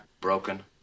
broken